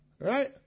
Right